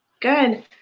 Good